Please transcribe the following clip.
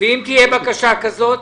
ואם תהיה בקשה כזאת?